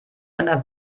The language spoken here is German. einer